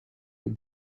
avec